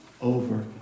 over